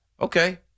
Okay